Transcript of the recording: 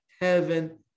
Heaven